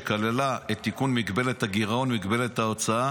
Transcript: שכללה את תיקון מגבלת הגירעון ומגבלת ההוצאה